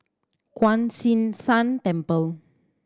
Kuan Yin San Temple